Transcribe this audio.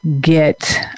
get